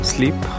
Sleep